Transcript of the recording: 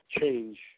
change